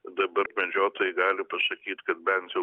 dabar medžiotojai gali pasakyti kad bent jau